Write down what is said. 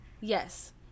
Yes